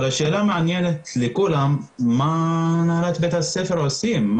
אבל השאלה המעניינת לכולם מה הנהלת בית הספר עושים,